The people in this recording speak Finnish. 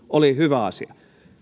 oli hyvä asia